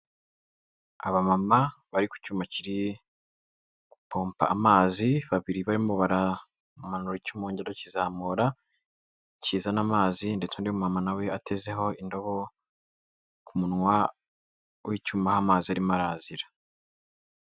Abamama bari ku cyuma kiri gupompa amazi, babiri barimo baramanura icyuma bongera bakizamura kizana amazi ndetse undi mumama nawe atezeho indobo ku munwa w'icyuma aho amazi arimo arazira.